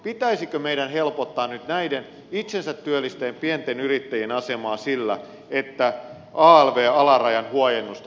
pitäisikö meidän helpottaa nyt näiden itsensä työllistäjien pienten yrittäjien asemaa sillä että alvn alarajan huojennusta nostettaisiin